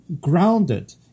grounded